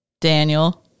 Daniel